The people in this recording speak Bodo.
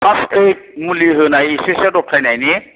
फार्स्ट एइद मुलि होनाय एसेसो दबथायनायनि